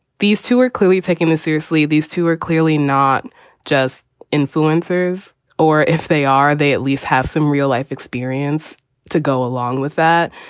these two are clearly taking. seriously, these two are clearly not just influencers or if they are, they at least have some real life experience to go along with that.